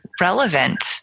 relevant